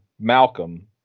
Malcolm